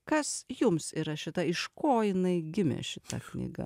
kas jums yra šita iš ko jinai gimė šita knyga